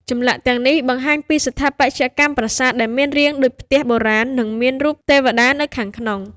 ចម្លាក់ទាំងនេះបង្ហាញពីស្ថាបត្យកម្មប្រាសាទដែលមានរាងដូចផ្ទះបុរាណ និងមានរូបទេវតានៅខាងក្នុង។